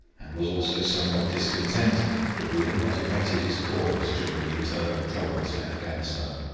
and was also somewhat discontented that we had not abetted his cause during the internal troubles in afghanistan.